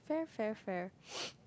fair fair fair